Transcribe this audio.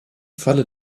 falle